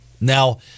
Now